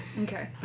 Okay